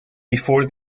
before